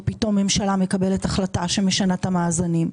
פתאום ממשלה מקבלת החלטה שמשנה את המאזנים,